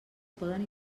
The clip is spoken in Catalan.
poden